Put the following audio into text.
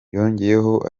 yongeyeho